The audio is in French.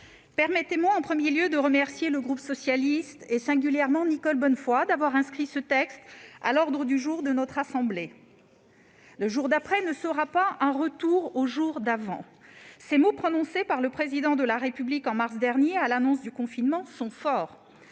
permettez-moi tout d'abord de remercier le groupe socialiste, et singulièrement Nicole Bonnefoy, d'avoir inscrit ce texte à l'ordre du jour de notre assemblée. « Le jour d'après ne sera pas un retour au jour d'avant. » Ces mots, prononcés par le Président de la République en mars dernier, à l'annonce du confinement, sont forts.